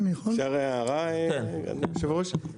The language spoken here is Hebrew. אפשר הערה היושב ראש?